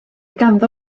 ganddo